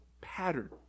pattern